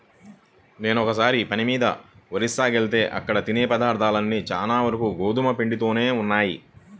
నేనొకసారి పని మీద ఒరిస్సాకెళ్తే అక్కడ తినే పదార్థాలన్నీ చానా వరకు గోధుమ పిండితోనే ఉన్నయ్